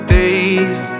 days